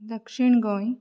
दक्षिण गोंय